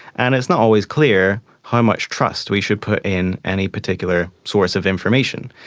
and it's not always clear how much trust we should put in any particular source of information.